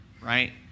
right